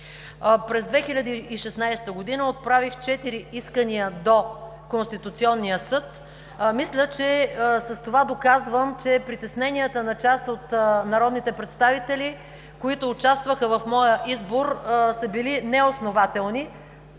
През 2016 г. отправих четири искания до Конституционния съд. Мисля, че с това доказвам, че притесненията на част от народните представители, участвали в моя избор, са били неоснователни,